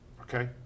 Okay